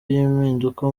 y’impinduka